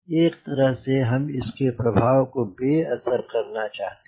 एक तरह से हम इसके प्रभाव को बेअसर करना चाहते हैं